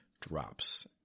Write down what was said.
Drops